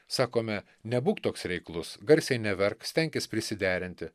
sakome nebūk toks reiklus garsiai neverk stenkis prisiderinti